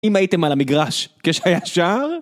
אם הייתם על המגרש, כשהיה שער...